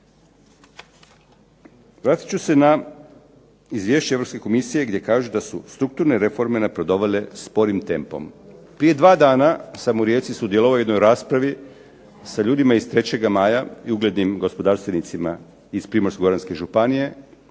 Vratit ću se na izvješće Europske Komisije gdje kažu da su strukturne reforme napredovale sporim tempom. Prije dva dana sam u Rijeci sudjelovao u jednoj raspravi sa ljudima iz 3. maja i uglednim gospodarstvenicima iz Primorsko-goranske županije,